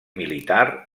militar